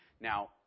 Now